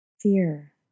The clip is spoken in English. fear